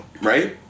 Right